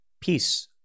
peace